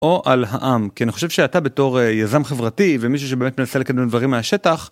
או על העם. כי אני חושב שאתה בתור יזם חברתי ומישהו שבאמת מנסה לקדם דברים מהשטח.